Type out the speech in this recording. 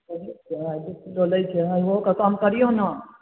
हँ तऽ हँ दू किलो लैके हइ ओहोके कम करियौ ने